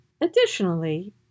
Additionally